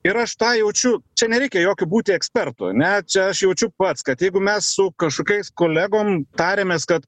ir aš tą jaučiu čia nereikia jokiu būti ekspertu ane čia aš jaučiu pats kad jeigu mes su kažkokiais kolegom tarėmės kad